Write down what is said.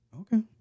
Okay